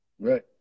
right